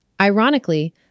Ironically